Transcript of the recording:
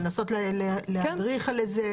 לנסות להדריך לזה,